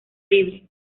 libre